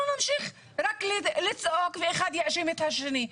נמשיך רק לצעוק ואחד יאשים את השני.